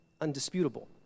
undisputable